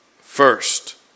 first